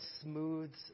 smooths